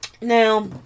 Now